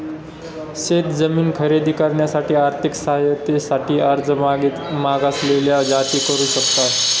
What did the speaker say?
शेत जमीन खरेदी करण्यासाठी आर्थिक सहाय्यते साठी अर्ज मागासलेल्या जाती करू शकतात